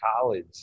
college